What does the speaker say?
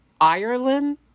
Ireland